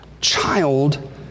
child